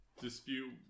dispute